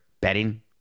betting